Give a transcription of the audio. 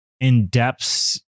in-depth